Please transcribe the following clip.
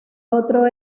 otro